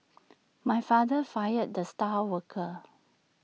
my father fired the star worker